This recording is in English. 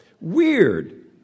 weird